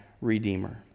redeemer